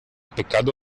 pecado